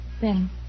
Ben